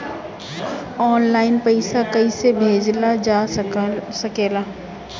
आन line पईसा कईसे भेजल जा सेकला?